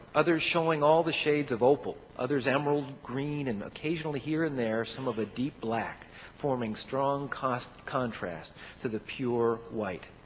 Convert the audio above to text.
others showing all the shades of opal, others emerald green and occasionally here and there some of a deep black forming strong contrast to the pure white.